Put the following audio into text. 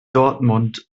dortmund